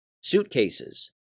suitcases